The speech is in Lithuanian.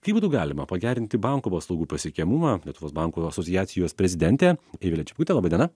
kaip būtų galima pagerinti bankų paslaugų pasiekiamumą lietuvos bankų asociacijos prezidentė eivilė čeputė laba diena